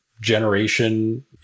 generation